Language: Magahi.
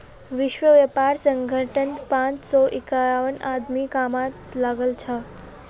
विश्व व्यापार संगठनत पांच सौ इक्यावन आदमी कामत लागल छ